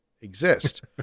exist